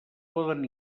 poden